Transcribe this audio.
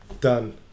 done